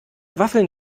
waffeln